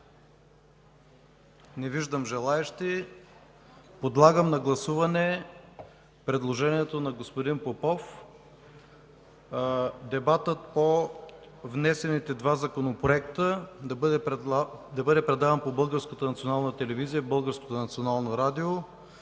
Не виждам. Подлагам на гласуване предложението на господин Попов – дебатът по внесените два законопроекта да бъде предаван по